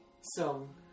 song